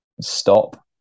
stop